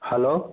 hello